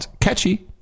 Catchy